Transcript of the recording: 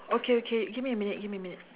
okay okay give me a minute give me a minute